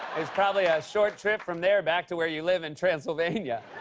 there's probably a short trip from there back to where you live in transylvania.